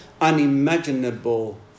unimaginable